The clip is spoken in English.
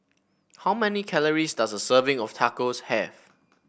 how many calories does a serving of Tacos have